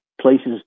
places